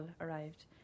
arrived